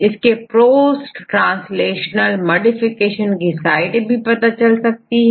इसके post translational modification की site पता चल जाती है